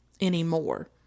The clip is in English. anymore